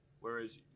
Whereas